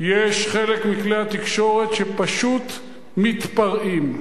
יש חלק מכלי התקשורת שפשוט מתפרעים,